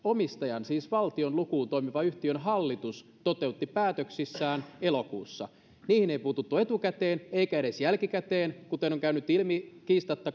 omistajan siis valtion lukuun toimivan yhtiön hallitus toteutti päätöksissään elokuussa niihin ei puututtu etukäteen eikä edes jälkikäteen kuten on käynyt ilmi kiistatta